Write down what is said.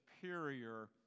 superior